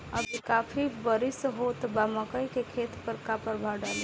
अभी काफी बरिस होत बा मकई के खेत पर का प्रभाव डालि?